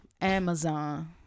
Amazon